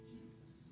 Jesus